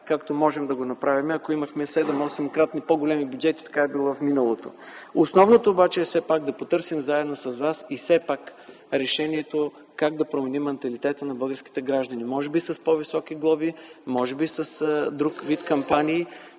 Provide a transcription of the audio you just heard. както можехме да го направим, ако имахме 7-8-кратно по-големи бюджети, както е било в миналото. Основното обаче е все пак да потърсим заедно с вас решението как да променим манталитета на българските граждани – може би с по-високи глоби, може би с друг вид кампании,